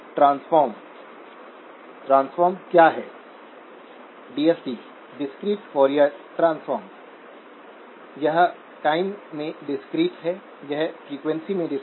इसलिए सैचुरेशन में रहने के लिए VDS जो VDS0 gmRD